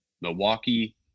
Milwaukee